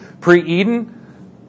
pre-Eden